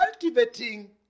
cultivating